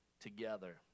together